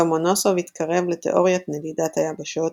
לומונוסוב התקרב לתאוריית נדידת היבשות,